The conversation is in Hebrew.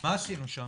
מה עשינו שם?